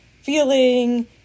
feeling